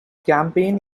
campaign